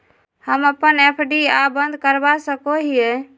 हम अप्पन एफ.डी आ बंद करवा सको हियै